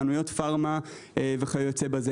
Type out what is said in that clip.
חנויות פארם וכיוצא באלה.